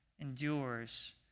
endures